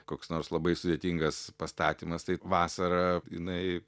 koks nors labai sudėtingas pastatymas tai vasara jinai